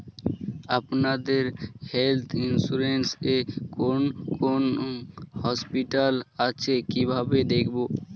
আপনাদের health insurance এ কোন কোন হসপিটাল আছে কিভাবে দেখবো?